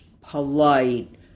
polite